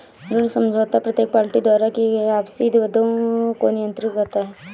ऋण समझौता प्रत्येक पार्टी द्वारा किए गए आपसी वादों को नियंत्रित करता है